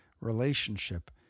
relationship